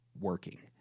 working